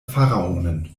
pharaonen